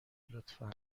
لطفا